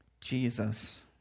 Jesus